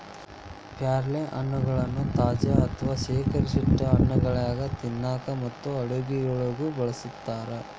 ಪ್ಯಾರಲಹಣ್ಣಗಳನ್ನ ತಾಜಾ ಅಥವಾ ಶೇಖರಿಸಿಟ್ಟ ಹಣ್ಣುಗಳಾಗಿ ತಿನ್ನಾಕ ಮತ್ತು ಅಡುಗೆಯೊಳಗ ಬಳಸ್ತಾರ